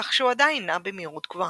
כך שהוא עדיין נע במהירות גבוהה.